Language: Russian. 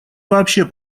вообще